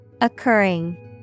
Occurring